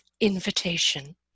invitation